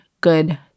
good